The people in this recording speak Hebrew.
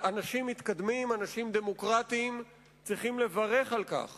אנשים מתקדמים, אנשים דמוקרטים צריכים לברך על כך